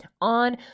on